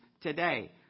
today